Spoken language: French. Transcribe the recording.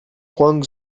huang